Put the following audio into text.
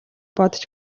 бодож